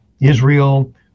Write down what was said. Israel